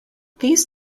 these